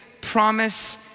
promise